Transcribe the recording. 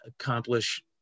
accomplish